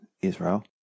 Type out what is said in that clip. Israel